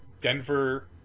Denver